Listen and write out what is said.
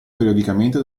periodicamente